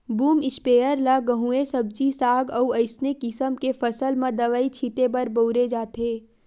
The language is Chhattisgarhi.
बूम इस्पेयर ल गहूँए सब्जी साग अउ असइने किसम के फसल म दवई छिते बर बउरे जाथे